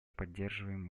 поддерживаем